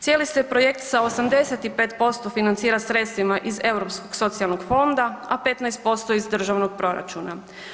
Cijeli se projekt sa 85% financira sredstvima iz Europskog socijalnog fonda, a 15% iz državnog proračuna.